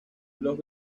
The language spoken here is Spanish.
los